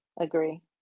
agree